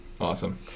Awesome